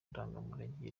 ndangamurage